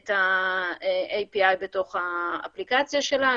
את ה-API בתוך האפליקציה שלה.